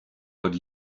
but